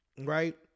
right